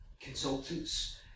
consultants